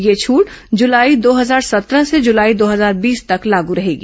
यह छट जुलाई दो हजार सत्रह से जुलाई दो हजार बीस तक लागू होगी